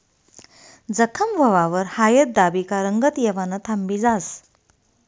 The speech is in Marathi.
जखम व्हवावर हायद दाबी का रंगत येवानं थांबी जास